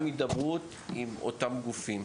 וגם הידברות עם אותם גופים.